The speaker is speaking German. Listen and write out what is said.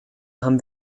haben